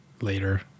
later